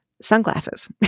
sunglasses